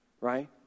right